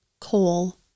coal